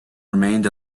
remained